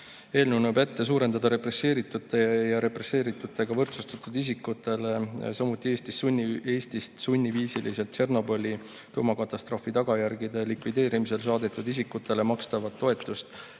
näeb ette suurendada represseeritutele ja represseeritutega võrdsustatud isikutele, samuti Eestist sunniviisiliselt Tšernobõli tuumakatastroofi tagajärgede likvideerimisele saadetud isikutele makstavat toetust